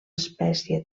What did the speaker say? espècie